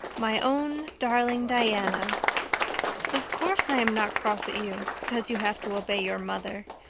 my own darling diana of course i am not cross at you because you have to obey your mother.